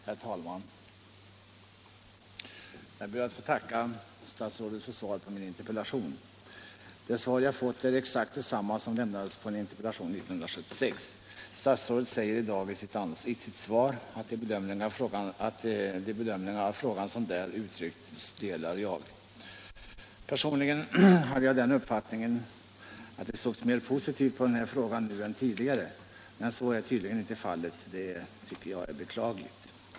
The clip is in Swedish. Herr talman! Jag ber att få tacka statsrådet för svaret på min interpellation. Det svar jag har fått är exakt detsamma som lämnades på en interpellation 1976. Statsrådet säger i dag i sitt svar: ”De bedömningar av frågan som där uttrycktes delar jag.” Personligen hade jag den uppfattningen att man såg mer positivt på den här frågan nu än tidigare, men så är tydligen inte fallet. Det är beklagligt.